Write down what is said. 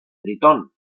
tritón